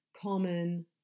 common